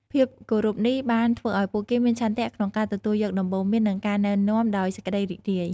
ភាពគោរពនេះបានធ្វើឱ្យពួកគេមានឆន្ទៈក្នុងការទទួលយកដំបូន្មាន និងការណែនាំដោយសេចក្តីរីករាយ។